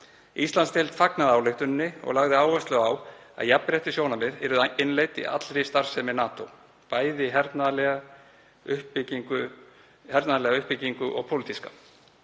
Íslandsdeild fagnaði ályktuninni og lagði áherslu á að jafnréttissjónarmið yrðu innleidd í allri starfsemi NATO, bæði í hernaðarlega uppbyggingu og pólitíska.